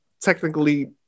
technically